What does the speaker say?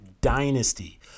dynasty